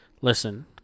Listen